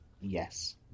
Yes